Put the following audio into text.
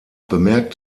bemerkt